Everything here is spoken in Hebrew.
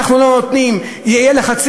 אנחנו לא נותנים, יהיו לחצים.